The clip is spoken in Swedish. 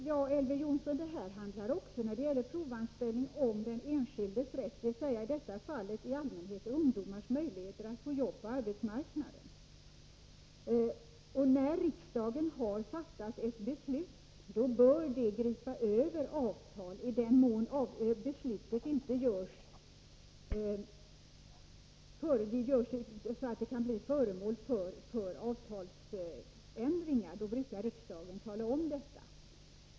Herr talman! Också när det gäller provanställning handlar det, Elver Jonsson, om den enskildes rätt — i detta fall i allmänhet om ungdomars möjligheter att få jobb på arbetsmarknaden. När riksdagen har fattat ett beslut bör det gripa över avtal i den mån beslutet inte kan bli föremål för avtalsändringar, men då brukar riksdagen tala om detta.